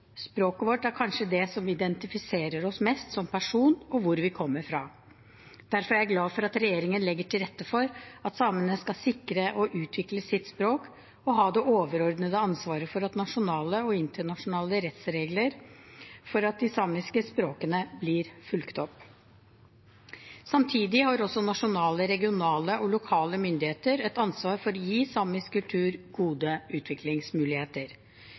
Språket vårt er kanskje det som identifiserer oss mest som personer og hvor vi kommer fra. Derfor er jeg glad for at regjeringen legger til rette for at samene skal sikre og utvikle sitt språk og ha det overordnede ansvaret for at nasjonale og internasjonale rettsregler for de samiske språkene blir fulgt opp. Samtidig har også nasjonale, regionale og lokale myndigheter et ansvar for å gi samisk kultur gode utviklingsmuligheter.